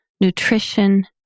nutrition